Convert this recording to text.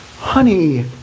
Honey